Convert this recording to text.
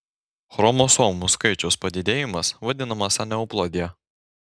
chromosomų skaičiaus padidėjimas vadinamas aneuploidija